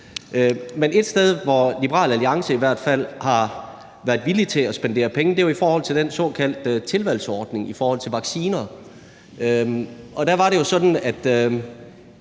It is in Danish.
Men et sted, hvor Liberal Alliance i hvert fald har været villige til at spendere penge, er jo i forhold til den såkaldte tilvalgsordning i forhold til vacciner. Og der var det jo sådan, at